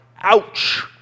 ouch